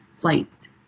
flight